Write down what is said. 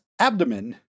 abdomen